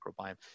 microbiome